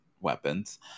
weapons